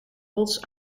rots